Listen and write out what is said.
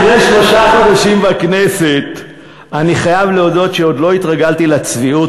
אחרי שלושה חודשים בכנסת אני חייב להודות שעוד לא התרגלתי לצביעות